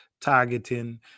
targeting